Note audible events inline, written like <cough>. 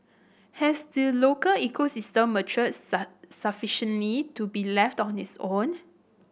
has the local ecosystem matured <unintelligible> sufficiently to be left on its own